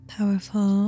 Powerful